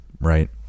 right